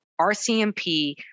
RCMP